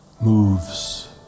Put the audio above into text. moves